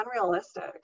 unrealistic